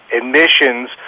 emissions